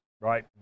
Right